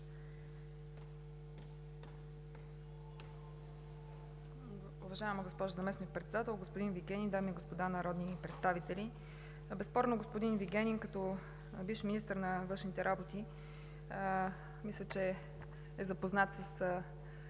Уважаема госпожо Заместник-председател, господин Вигенин, дами и господа народни представители! Безспорно господин Вигенин като бивш министър на външните работи, мисля, че е запознат с